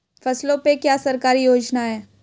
फसलों पे क्या सरकारी योजना है?